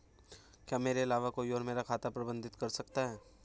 क्या मेरे अलावा कोई और मेरा खाता प्रबंधित कर सकता है?